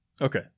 Okay